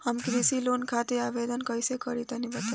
हम कृषि लोन खातिर आवेदन कइसे करि तनि बताई?